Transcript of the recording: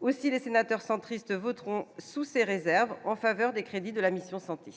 aussi les sénateurs centristes voteront sous ces réserves en faveur des crédits de la mission santé.